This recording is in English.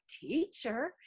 teacher